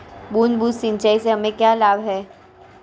बूंद बूंद सिंचाई से हमें क्या लाभ है?